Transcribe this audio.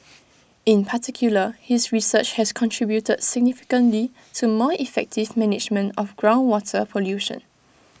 in particular his research has contributed significantly to more effective management of groundwater pollution